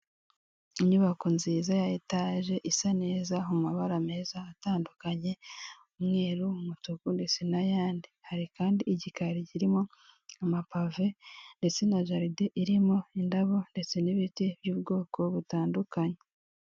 Inyubako nziza ya etage isa neza mu mabara meza atandukanye umweru, umutuku ndetse n'ayandi hari kandi igikari kirimo amapave ndetse na jaride irimo indabo ndetse n'ibiti by'ubwoko butandukanye.